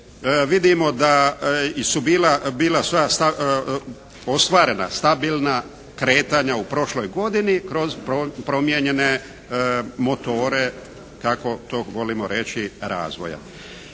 vidimo da su bila sva ostvarena stabilna kretanja u prošloj godini kroz promijenjene motore kako to volimo reći, razvoja.